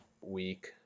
Week